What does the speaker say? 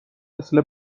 مثل